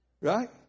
Right